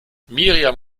miriam